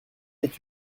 est